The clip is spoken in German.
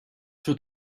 wird